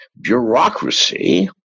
bureaucracy